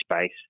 space